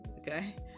Okay